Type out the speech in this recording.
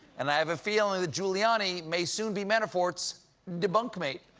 and i have a feeling that giuliani may soon be manafort's debunk mate,